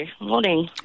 morning